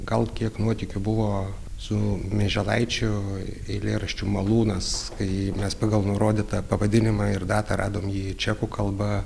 gal kiek nuotykių buvo su mieželaičių eilėraščių malūnas kai mes pagal nurodytą pavadinimą ir datą radom jį čekų kalba